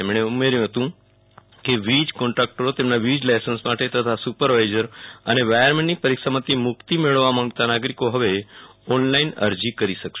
તેમણે ઉમેર્યું હતું કે વીજ કોન્ટ્રાકટરો તેમના વીજ લાયસન્સ માટે તથા સુપરવાઈઝર અને વાયરમેનની પરીક્ષામાંથી મુક્તિ મેળવવા માંગતા નાગરીકો હવે ઓનલાઈન અરજી કરી શકશે